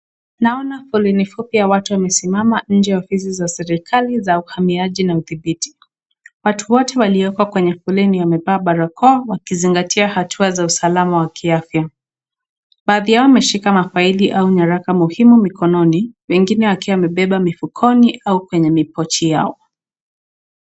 Naona foleni fupi ya watu wamesimama nje ya ofisi za serikali ya uhamiaji na udhibiti, watu wote walioko kwenye foleni wamevaa barakoa wakizingatia hatua za usalama wa kiafya, baadhi yao wameshika mafaili au nyaraka muhimu mikononi, wengine wakiwa wamebeba mifukoni au kwenye mipochi yao.